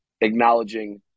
acknowledging